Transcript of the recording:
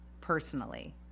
personally